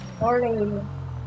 Morning